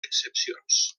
excepcions